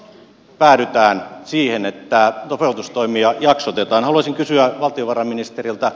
jos päädytään siihen että sopeutustoimia jaksotetaan haluaisin kysyä valtiovarainministeriltä